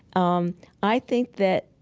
um i think that